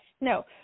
No